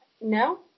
No